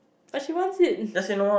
but she wants it